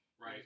right